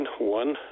one